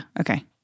Okay